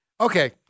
Okay